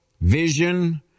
vision